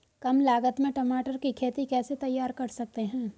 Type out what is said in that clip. कम लागत में टमाटर की खेती कैसे तैयार कर सकते हैं?